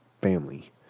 family